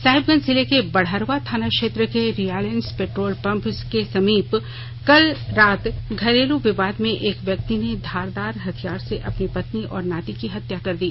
साहिबगंज जिले के बरहड़वा थाना क्षेत्र के रिलायंस पेट्रोल पंप के समीप कल रात घरेलू विवाद में एक व्यक्ति ने धारदार हथियार से अपनी पत्नी और नाती की हत्या कर दी